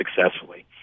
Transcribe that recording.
successfully